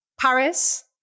Paris